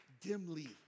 dimly